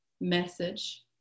message